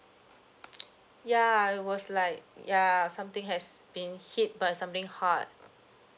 ya it was like ya something has been hit by something hard